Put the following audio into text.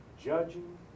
judging